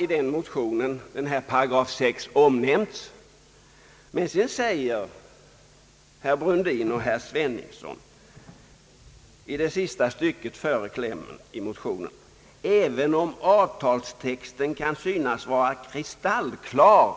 I motionen har § 6 omnämnts, men sedan har herr Brundin och herr Sveningsson i det sista stycket före klämmen i motionen sagt att även om avtalstexten kan synas vara kristallklar,